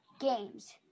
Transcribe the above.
Games